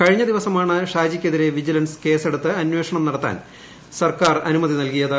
കഴിഞ്ഞൂ ദ്വീപ്പ്സമാണ് ഷാജിക്കെതിരേ വിജിലൻസ് കേസെടുത്ത് അന്ന്യെഷ്ണം നടത്താൻ സർക്കാർ അനുമതി നൽകിയത്